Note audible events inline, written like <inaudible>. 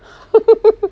<laughs>